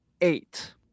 eight